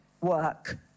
work